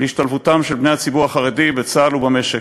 השתלבותם של בני הציבור החרדי בצה"ל ובמשק,